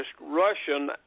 Russian